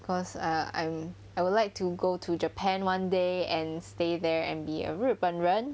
because err I'm I would like to go to japan one day and stay there and be a 日本人